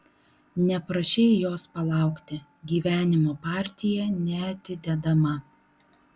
neprašei jos palaukti gyvenimo partija neatidedama